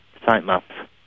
Sitemaps